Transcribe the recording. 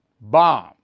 Bomb